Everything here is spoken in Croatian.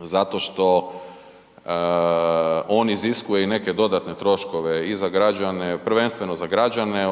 zato što on iziskuje i neke dodatne troškove i za građane, prvenstveno za građane,